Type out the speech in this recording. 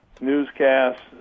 newscasts